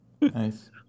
Nice